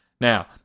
Now